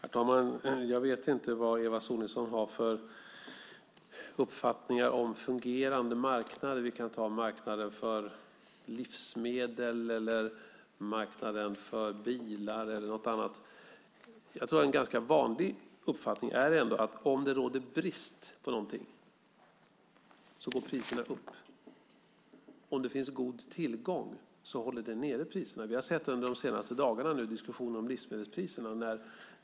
Herr talman! Jag vet inte vad Eva Sonidsson har för uppfattningar om fungerande marknader. Vi kan ta marknaden för livsmedel, marknaden för bilar eller någonting annat. En ganska vanlig uppfattning är att om det råder brist på någonting går priserna upp. Om det finns god tillgång håller det nere priserna. Vi har under de senaste dagarna sett diskussioner om livsmedelspriserna.